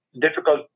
difficult